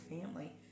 family